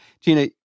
Gina